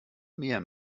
mehr